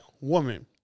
woman